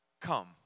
come